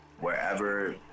wherever